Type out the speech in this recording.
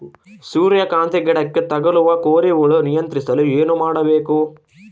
ಸೂರ್ಯಕಾಂತಿ ಗಿಡಕ್ಕೆ ತಗುಲುವ ಕೋರಿ ಹುಳು ನಿಯಂತ್ರಿಸಲು ಏನು ಮಾಡಬೇಕು?